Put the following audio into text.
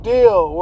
Deal